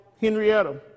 Henrietta